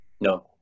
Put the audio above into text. no